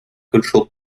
control